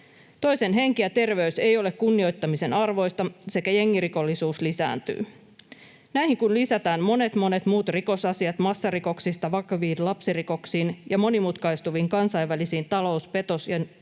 Toisen henki ja terveys ei ole kunnioittamisen arvoista, ja jengirikollisuus lisääntyy. Näihin kun lisätään monet, monet muut rikosasiat massarikoksista vakaviin lapsirikoksiin ja monimutkaistuviin kansainvälisiin talous-, petos- ja verkkorikoksiin,